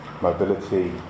mobility